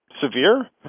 severe